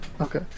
Okay